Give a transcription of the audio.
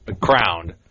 crowned